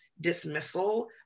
dismissal